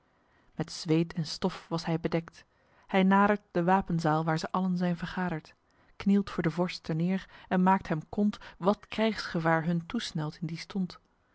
met zweet en stof was hy bedekt hy nadert de wapenzael waer ze allen zyn vergaderd knielt voor den vorst ter neêr en maekt hem kond wat krygsgevaer hun toesnelt in dien stond